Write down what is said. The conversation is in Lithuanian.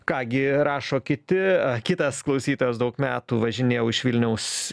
ką gi rašo kiti kitas klausytojas daug metų važinėjau iš vilniaus